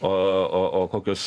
o o o kokius